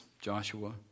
Joshua